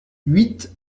huit